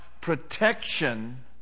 protection